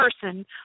person